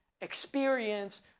experience